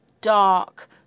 dark